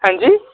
हांजी